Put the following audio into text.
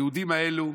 היהודים האלו,